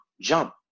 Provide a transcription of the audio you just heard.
jump